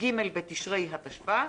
כ"ג בתשרי התשפ"א,